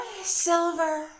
Silver